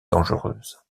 dangereuse